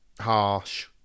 harsh